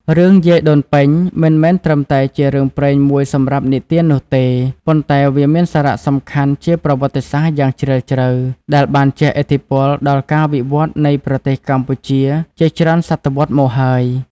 រឿង យាយដូនពេញ មិនមែនត្រឹមតែជារឿងព្រេងមួយសម្រាប់និទាននោះទេ ប៉ុន្តែវាមានសារៈសំខាន់ជាប្រវត្តិសាស្ត្រយ៉ាងជ្រាលជ្រៅ ដែលបានជះឥទ្ធិពលដល់ការវិវត្តន៍នៃប្រទេសកម្ពុជាជាច្រើនសតវត្សរ៍មកហើយ។